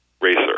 racer